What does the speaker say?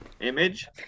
Image